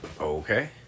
Okay